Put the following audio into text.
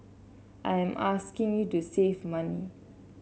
I am asking you to save money